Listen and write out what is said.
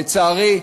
לצערי,